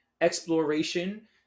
exploration